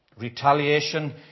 Retaliation